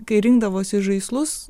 kai rinkdavosi žaislus